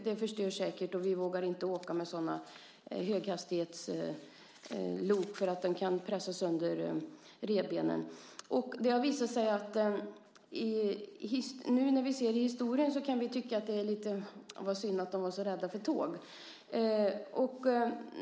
Det förstör säkert, och vi vågar inte åka med sådana höghastighetslok för det kan pressa sönder revbenen. Nu när vi ser tillbaka i historien kan vi tycka att det var synd att de var så rädda för tåg.